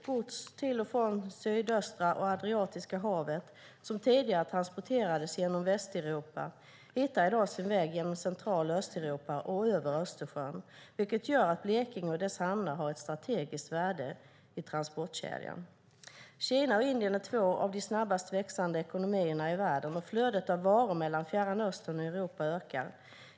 Gods till och från sydöstra Europa och Adriatiska havet som tidigare transporterades genom Västeuropa hittar i dag sin väg genom Central och Östeuropa och över Östersjön, vilket gör att Blekinge och dess hamnar har ett strategiskt värde i transportkedjan. Kina och Indien är två av de snabbast växande ekonomierna i världen. Flödet av varor mellan Fjärran Östern och Europa ökar.